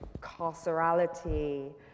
carcerality